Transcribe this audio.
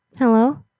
Hello